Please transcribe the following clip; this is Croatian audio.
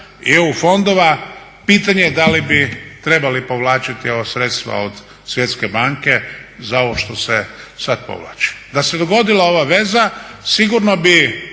EU fondova pitanje je da li bi trebali povlačiti ova sredstva od Svjetske banke za ovo što se sad povlači. Da se dogodila ova veza sigurno bi